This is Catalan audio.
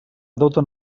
doten